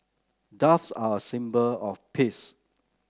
doves are a symbol of peace